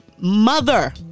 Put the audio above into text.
mother